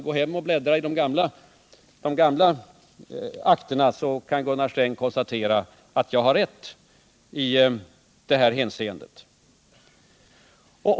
Gå hem och bläddra i de gamla akterna, så kan Gunnar Sträng konstatera att jag har rätt i det här hänseendet.